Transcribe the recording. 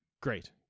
great